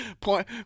Point